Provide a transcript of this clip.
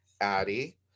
Addie